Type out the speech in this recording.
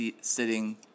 sitting